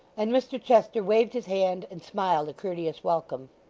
and mr chester waved his hand, and smiled a courteous welcome.